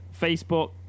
Facebook